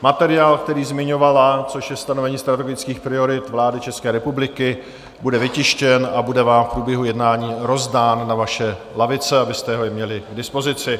Materiál, který zmiňovala, což je stanovení strategických priorit vlády České republiky bude vytištěn a bude vám v průběhu jednání rozdán na vaše lavice, abyste ho měli i k dispozici.